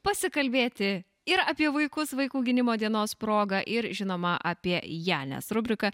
pasikalbėti ir apie vaikus vaikų gynimo dienos proga ir žinoma apie ją nes rubrika